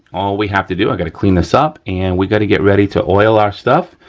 all we have to do, i gotta clean this up and we gotta get ready to oil our stuff,